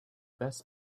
best